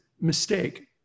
mistake